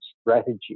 strategy